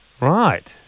right